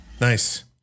Nice